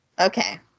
Okay